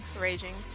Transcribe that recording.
Raging